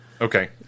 okay